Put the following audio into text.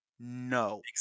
No